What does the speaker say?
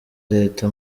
leta